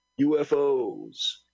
UFOs